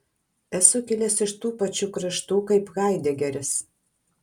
esu kilęs iš tų pačių kraštų kaip haidegeris